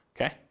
Okay